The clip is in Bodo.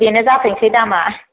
बेनो जाथोंसै दामा